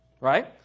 Right